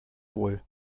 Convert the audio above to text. wohl